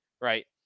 right